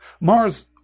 Mars